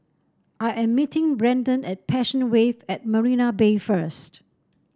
I am meeting Braden at Passion Wave at Marina Bay first